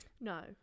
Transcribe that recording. No